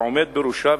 והעומד בראשה,